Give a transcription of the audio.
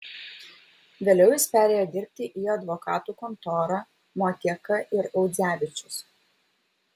vėliau jis perėjo dirbti į advokatų kontorą motieka ir audzevičius